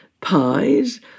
pies